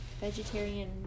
vegetarian